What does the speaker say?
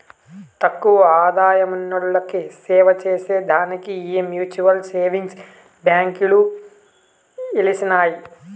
తక్కువ ఆదాయమున్నోల్లకి సేవచేసే దానికే ఈ మ్యూచువల్ సేవింగ్స్ బాంకీలు ఎలిసినాయి